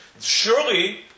surely